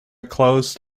closed